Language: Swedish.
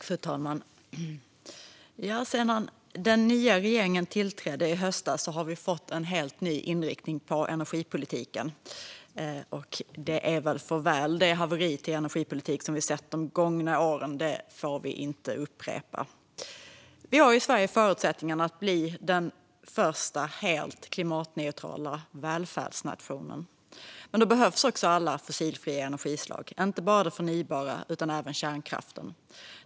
Fru talman! Sedan den nya regeringen tillträdde i höstas har vi fått en helt ny inriktning på energipolitiken, och det är väl för väl. Det haveri till energipolitik som vi har sett de gångna åren får inte upprepas. Vi har i Sverige förutsättningarna att bli den första helt klimatneutrala välfärdsnationen. Men då behövs också alla fossilfria energislag - inte bara det förnybara utan även kärnkraften.